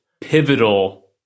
pivotal